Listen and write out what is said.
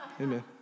Amen